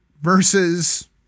versus